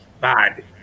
bad